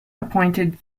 appointed